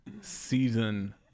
season